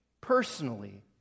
personally